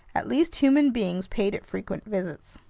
at least human beings paid it frequent visits.